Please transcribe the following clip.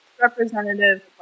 representative